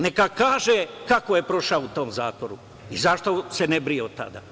Neka kaže kako je prošao u tom zatvoru i zašto se ne brije od tada.